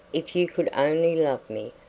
if you could only love me,